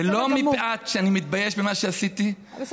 ולא מפאת שאני מתבייש במה שעשיתי.